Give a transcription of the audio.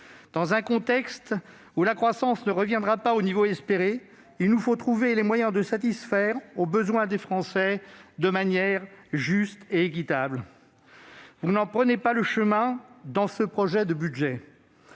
Dans un contexte où la croissance ne reviendra pas au niveau espéré, il nous faut trouver les moyens de satisfaire les besoins des Français de manière juste et équitable. Vous n'en prenez pas le chemin dans ce projet de budget